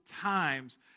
times